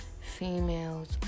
females